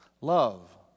Love